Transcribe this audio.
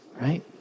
Right